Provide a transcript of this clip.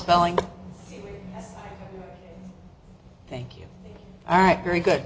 spelling thank you all right very good